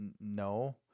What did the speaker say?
no